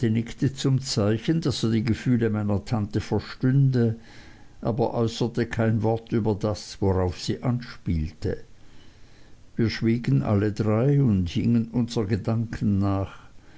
zum zeichen daß er die gefühle meiner tante verstünde aber äußerte kein wort über das worauf sie anspielte wir schwiegen alle drei und hingen unsern gedanken nach